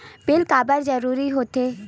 Bill काबर जरूरी होथे?